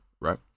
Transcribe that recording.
right